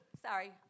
Sorry